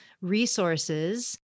resources